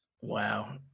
Wow